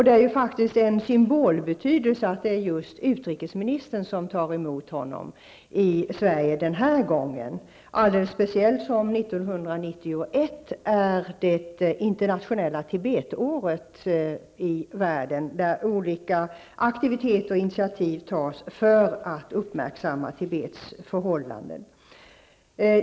Det är faktiskt av symbolisk betydelse att det är just utrikesministern som tar emot honom i Sverige den här gången, speciellt som 1991 är det internationella Tibet-året i världen, då olika aktiviteter pågår och initiativ tas för att uppmärksamma Tibets förhållanden.